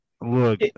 Look